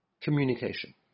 Communication